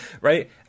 right